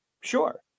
Sure